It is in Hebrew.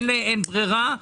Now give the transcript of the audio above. אין ברירה.